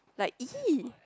like !ee!